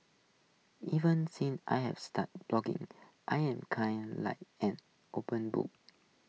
even since I've started blogging I'm kinda like an open book